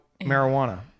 marijuana